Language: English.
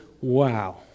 wow